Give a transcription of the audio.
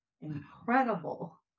incredible